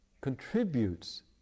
contributes